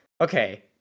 okay